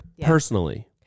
personally